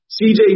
CJ